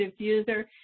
diffuser